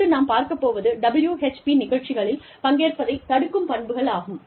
அடுத்து நாம் பார்க்க போவது WHP நிகழ்ச்சிகளில் பங்கேற்பதைத் தடுக்கும் பண்புகள் ஆகும்